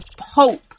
hope